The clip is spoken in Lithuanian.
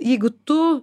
jeigu tu